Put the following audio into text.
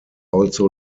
also